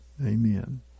Amen